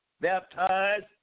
baptized